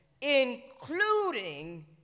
including